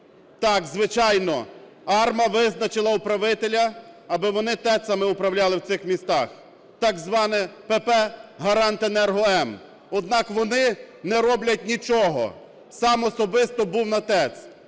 Так, звичайно, АРМА визначила управителя, аби вони ТЕЦами управляли в цих містах, так зване ПП "Гарант Енерго М". Однак вони не роблять нічого. Сам особисто був на ТЕЦ: